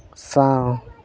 ᱥᱟᱶ